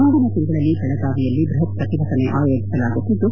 ಮುಂದಿನ ತಿಂಗಳಲ್ಲಿ ಬೆಳಗಾವಿಯಲ್ಲಿ ಬೃಹತ್ ಪ್ರತಿಭಟನೆ ಆಯೋಜಿಸಲಾಗುತ್ತಿದ್ದು